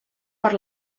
per